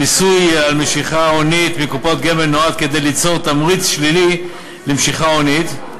המיסוי על משיכה הונית מקופות גמל נועד ליצור תמריץ שלילי למשיכה הונית,